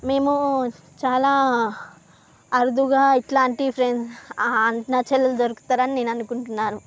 మేము చాలా అరుదుగా ఇట్లాంటి ఫ్రెండ్స్ అన్నా చెల్లెలు దొరుకుతారని నేను అనుకుంటున్నాను